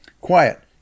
Quiet